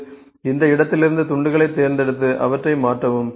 இது இந்த இடத்திலிருந்து துண்டுகளைத் தேர்ந்தெடுத்து அவற்றை மாற்றவும்